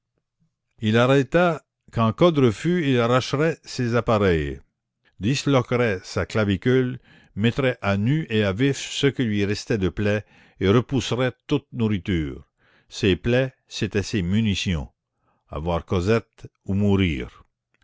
il arrêta qu'en cas de refus il arracherait ses appareils disloquerait sa clavicule mettrait à nu et à vif ce qu'il lui restait de plaies et repousserait toute nourriture ses plaies c'étaient ses munitions avoir cosette ou mourir